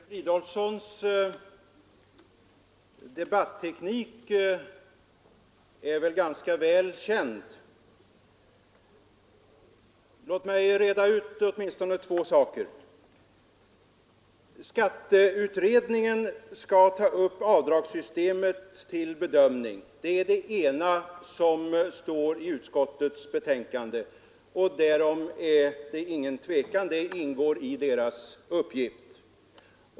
Herr talman! Herr Fridolfssons debatteknik är väl ganska välkänd. Låt mig reda ut åtminstone två saker. Skatteutredningen skall ta upp avdragssystemet till bedömning. Det är det ena som står i utskottets betänkande och därom är det ingen tvekan för det ingår i dess uppgift.